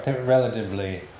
relatively